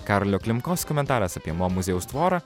karolio klimkos komentaras apie mo muziejaus tvorą